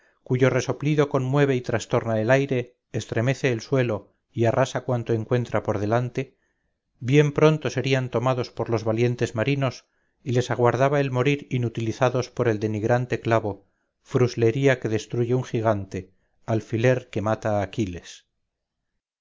cuyo resoplido conmueve y trastorna el aire estremece el suelo y arrasa cuanto encuentra por delante bien pronto serían tomados por los valientes marinos y les aguardaba el morir inutilizados por el denigrante clavo fruslería que destruye un gigante alfiler que mata a aquiles